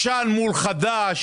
ישן מול חדש,